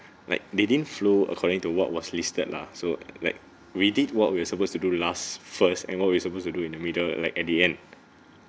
like they didn't flow according to what was listed lah so like we did what we are supposed to do last first and what we supposed to do in the middle like at the end